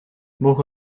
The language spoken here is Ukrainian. бог